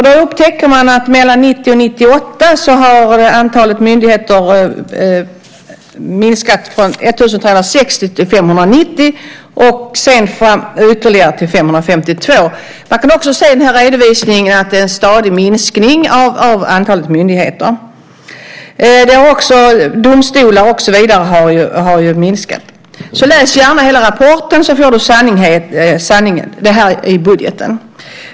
Då upptäcker man att mellan 1990 och 1998 minskade antalet myndigheter från 1 360 till 590 och sedan ytterligare till 552. I redovisningen kan man också se att det är en stadig minskning av antalet myndigheter. Domstolar och så vidare har också minskat i antal. Läs gärna hela rapporten så får du sanningen! Det gäller alltså budgeten.